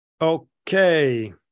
Okay